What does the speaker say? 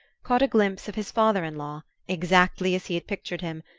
caught a glimpse of his father-in-law, exactly as he had pictured him,